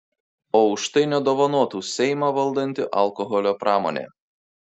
o už tai nedovanotų seimą valdanti alkoholio pramonė